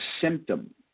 symptom